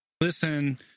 listen